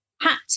hat